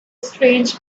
strange